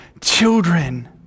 children